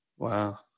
Wow